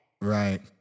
Right